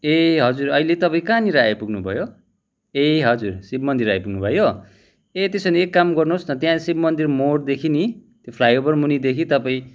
ए हजुर अहिले तपाईँ कहाँनिर आइपुग्नु भयो ए हजुर शिवमन्दिर आइपुग्नु भयो ए त्यसो भने एक काम गर्नुहोस् न त्यहाँ शिवमन्दिर मोडदेखि नि त्यो फ्लाईओभर मुनिदेखि तपाईँ